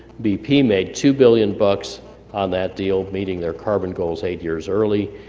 bp made two million bucks on that deal meeting their carbon goals eight years early.